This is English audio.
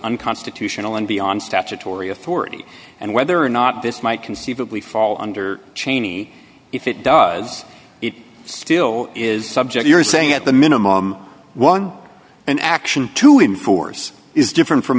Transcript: unconstitutional and beyond statutory authority and whether or not this might conceivably fall under cheney if it does it still is subject you're saying at the minimum one an action to enforce is different from